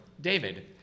David